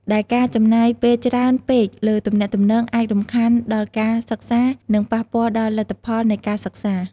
ដែលការចំណាយពេលច្រើនពេកលើទំនាក់ទំនងអាចរំខានដល់ការសិក្សា និងប៉ះពាល់ដល់លទ្ធផលនៃការសិក្សា។